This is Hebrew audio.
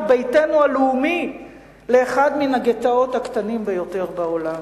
ביתנו הלאומי לאחד מן הגטאות הקטנים ביותר בעולם?"